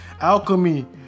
Alchemy